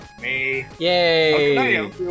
Yay